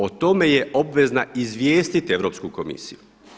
O tome je obvezna izvijestiti Europsku komisiju.